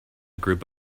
group